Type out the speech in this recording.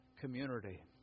community